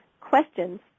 questions